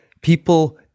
people